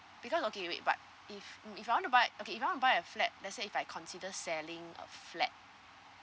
because okay wait but if if I want to buy okay if I want to buy a flat let's say if I consider selling a flat